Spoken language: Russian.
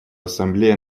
ассамблея